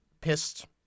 pissed